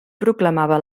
proclamava